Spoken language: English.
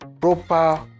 proper